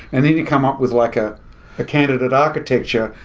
and then you come up with like ah a candidate architecture,